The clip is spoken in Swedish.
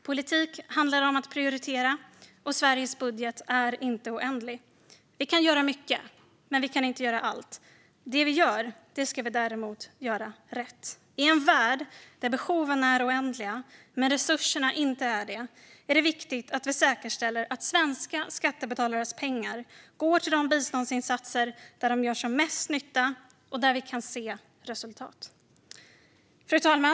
Politik handlar om att prioritera, och Sveriges budget är inte oändlig. Vi kan göra mycket, men vi kan inte göra allt. Det vi gör ska vi däremot göra rätt. I en värld där behoven är oändliga men resurserna inte är det är det viktigt att vi säkerställer att svenska skattebetalares pengar går till de biståndsinsatser där de gör som mest nytta och där vi kan se resultat. Fru talman!